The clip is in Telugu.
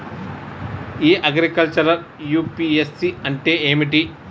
ఇ అగ్రికల్చర్ యూ.పి.ఎస్.సి అంటే ఏమిటి?